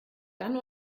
dann